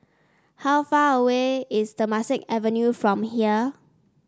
how far away is Temasek Avenue from here